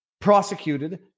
prosecuted